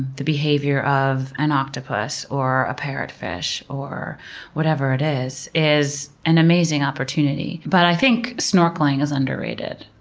the behavior of an octopus or a parrotfish or whatever it is, is an amazing opportunity. but i think snorkeling is underrated.